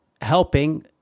helping